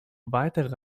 weitere